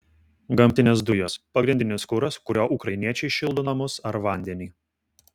gamtinės dujos pagrindinis kuras kuriuo ukrainiečiai šildo namus ar vandenį